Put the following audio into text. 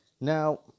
Now